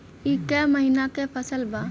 ई क महिना क फसल बा?